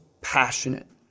passionate